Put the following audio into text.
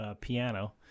piano